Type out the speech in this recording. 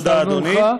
תודה, אדוני.